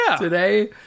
today